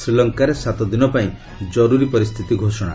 ଶ୍ରୀଲଙ୍କାରେ ସାତ ଦିନ ପାଇଁ ଜରୁରୀ ପରିସ୍ଥିତି ଘୋଷଣା